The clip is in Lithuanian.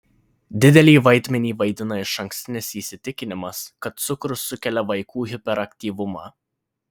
didelį vaidmenį vaidina išankstinis įsitikinimas kad cukrus sukelia vaikų hiperaktyvumą